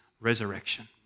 resurrection